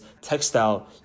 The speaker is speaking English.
textile